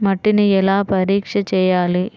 మట్టిని ఎలా పరీక్ష చేయాలి?